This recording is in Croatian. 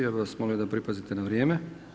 Ja bih vas molio da pripazite na vrijeme.